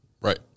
Right